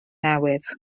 newydd